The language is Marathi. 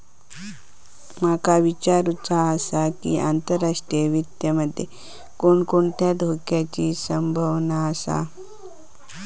माका विचारुचा आसा की, आंतरराष्ट्रीय वित्त मध्ये कोणकोणत्या धोक्याची संभावना आसा?